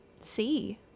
see